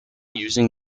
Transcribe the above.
using